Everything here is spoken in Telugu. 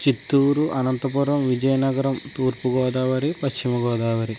చిత్తూరు అనంతపురం విజయనగరం తూర్పుగోదావరి పశ్చిమగోదావరి